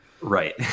Right